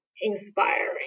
inspiring